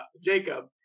Jacob